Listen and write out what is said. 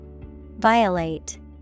Violate